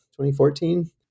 2014